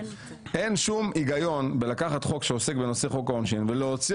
אין שום היגיון בלקחת חוק שעוסק בנושא חוק העונשין ולהוציא